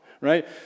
right